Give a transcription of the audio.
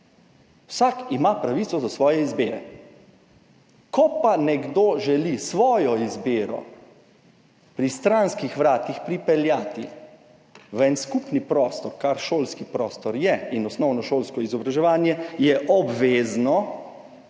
vsak ima pravico do svoje izbire. Ko pa nekdo želi svojo izbiro pri stranskih vratih pripeljati v en skupni prostor, kar je šolski prostor, in osnovnošolsko izobraževanje je obvezno,